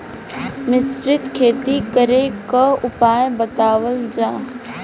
मिश्रित खेती करे क उपाय बतावल जा?